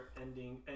ending